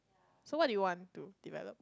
so what you want to develop